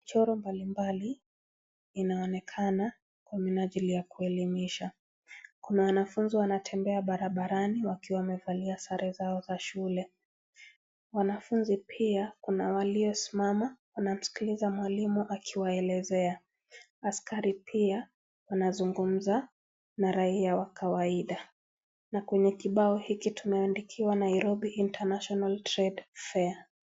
Michoro mbalimbali inaonekana kwa minajili ya kuelimisha , kuna wanafunzi wanatembea barabarani wakiwa wamevalia sare zao za shule, wanafunzi pia kuna walio simama wanamsikiliza mwalimu akiwaelezea, askari pia wanazungumza na watu wa kawaida na kwenye kibao hiki tumeandikiwa Nairobi international Trade Fair .